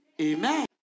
Amen